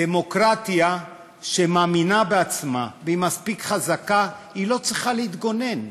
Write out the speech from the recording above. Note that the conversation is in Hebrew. דמוקרטיה שמאמינה בעצמה והיא מספיק חזקה לא צריכה להתגונן.